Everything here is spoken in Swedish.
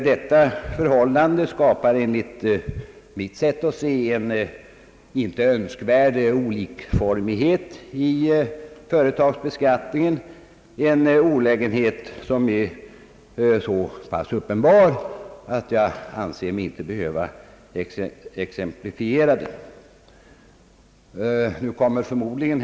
Detta förhållande skapar enligt mitt sätt att se en inte önskvärd olikformighet i företagsbeskattningen, en olägenhet som är så pass uppenbar att jag anser mig inte behöva exemplifiera den.